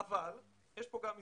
אבל יש כאן גם הזדמנויות.